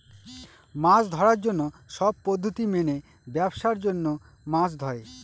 মাছ ধরার জন্য সব পদ্ধতি মেনে ব্যাবসার জন্য মাছ ধরে